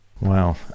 Wow